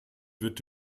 wird